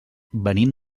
venim